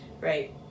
right